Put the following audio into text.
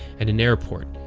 and an airport.